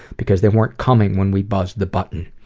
because they weren't coming when we buzzed the button.